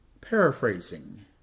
Paraphrasing